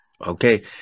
okay